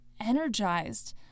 energized